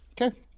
Okay